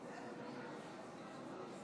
נגד ינון אזולאי,